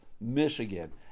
Michigan